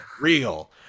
real